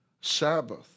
Sabbath